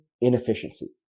inefficiency